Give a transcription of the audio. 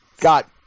got